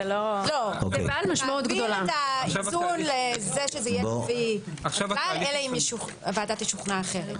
זה מעביר את האיזון לזה שזה יהיה - אלא אם הוועדה תשוכנע אחרת.